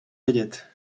vědět